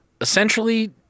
essentially